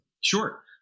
Sure